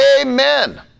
amen